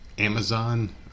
amazon